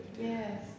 Yes